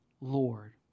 Lord